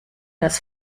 des